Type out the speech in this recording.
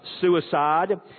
suicide